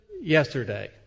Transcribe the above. yesterday